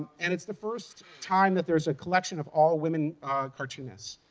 and it's the first time that there's a collection of all women cartoonists.